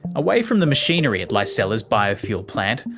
away from the machinery at like licella's biofuel plant,